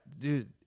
dude